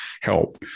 help